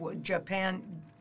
Japan